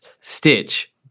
Stitch